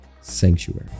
sanctuary